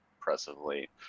impressively